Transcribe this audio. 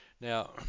Now